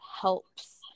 helps